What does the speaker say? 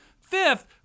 Fifth